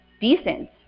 decent